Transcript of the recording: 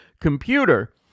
computer